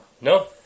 No